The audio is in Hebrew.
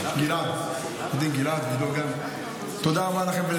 גלעד, תודה רבה לכם.